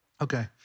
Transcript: Okay